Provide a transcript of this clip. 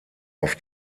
auf